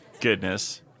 Goodness